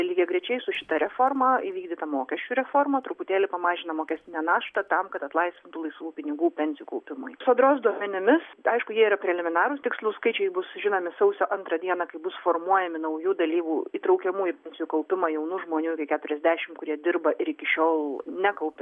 lygiagrečiai su šita reforma įvykdyta mokesčių reforma truputėlį pamažina mokestinę naštą tam kad atlaisvintų laisvų pinigų pensijų kaupimui sodros duomenimis aišku jie yra preliminarūs tikslūs skaičiai bus žinomi sausio antrą dieną kai bus formuojami naujų dalyvių įtraukiamų į pensijų kaupimą jaunų žmonių iki keturiasdešim kurie dirba ir iki šiol nekaupė